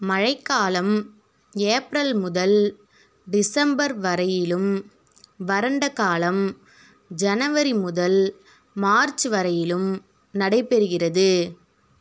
மழைக்காலம் ஏப்ரல் முதல் டிசம்பர் வரையிலும் வறண்ட காலம் ஜனவரி முதல் மார்ச் வரையிலும் நடைபெறுகிறது